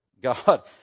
God